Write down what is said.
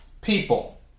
people